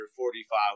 45